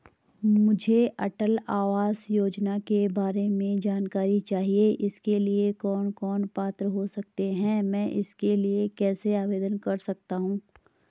मुझे अटल आवास योजना के बारे में जानकारी चाहिए इसके लिए कौन कौन पात्र हो सकते हैं मैं इसके लिए कैसे आवेदन कर सकता हूँ?